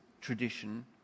tradition